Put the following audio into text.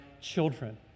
children